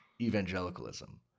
evangelicalism